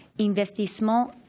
investissement